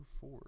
four